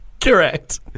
Correct